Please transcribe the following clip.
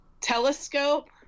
telescope